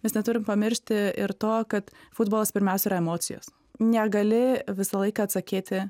nes neturime pamiršti ir to kad futbolas pirmiausia emocijos negali visą laiką atsakyti